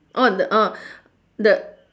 orh the orh the